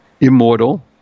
immortal